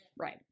Right